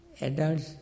adults